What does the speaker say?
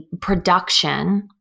production